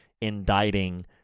indicting